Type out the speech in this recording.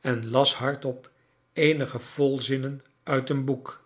en las hardop eenige volzinnen uit een boek